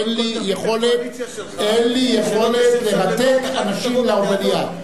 אין לי יכולת לרתק אנשים למליאה.